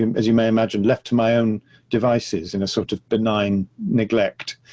um as you may imagine, left to my own devices in a sort of benign neglect,